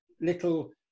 little